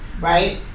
right